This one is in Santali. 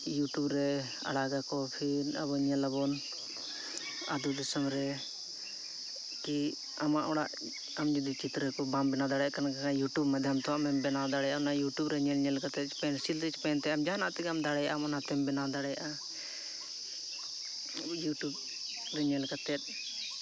ᱤᱭᱩᱴᱩᱵᱽᱨᱮ ᱟᱲᱟᱜᱟᱠᱚ ᱯᱷᱤᱨ ᱟᱵᱚ ᱧᱮᱞᱟᱵᱚᱱ ᱟᱛᱳ ᱫᱤᱥᱚᱢᱨᱮ ᱠᱤ ᱟᱢᱟᱜ ᱚᱲᱟᱜ ᱟᱢ ᱡᱩᱫᱤ ᱪᱤᱛᱨᱟᱹᱠᱚ ᱵᱟᱢ ᱵᱮᱱᱟᱣ ᱫᱟᱲᱮᱭᱟᱜ ᱠᱟᱱᱠᱷᱟᱡ ᱤᱭᱩᱴᱩᱵᱽ ᱢᱟᱫᱽᱫᱷᱚᱢᱛᱮ ᱦᱚᱸ ᱟᱢᱮᱢ ᱵᱮᱱᱟᱣ ᱫᱟᱲᱮᱭᱟᱜᱼᱟ ᱚᱱᱟ ᱤᱭᱩᱴᱩᱵᱽᱨᱮ ᱧᱮᱞᱼᱧᱮᱞ ᱠᱟᱛᱮᱫ ᱯᱮᱱᱥᱤᱞᱛᱮ ᱯᱮᱱᱛᱮ ᱟᱢ ᱡᱟᱦᱟᱱᱟᱜ ᱛᱮᱜᱮ ᱟᱢ ᱫᱟᱲᱮᱭᱟᱜᱼᱟᱢ ᱚᱱᱟᱛᱮᱢ ᱵᱮᱱᱟᱣ ᱫᱟᱲᱮᱭᱟᱜᱼᱟ ᱤᱭᱩᱴᱩᱵᱽᱨᱮ ᱧᱮᱞ ᱠᱟᱛᱮᱫ